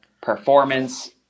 performance